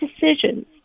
decisions